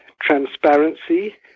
transparency